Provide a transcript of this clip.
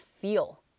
feel